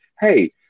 hey